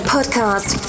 Podcast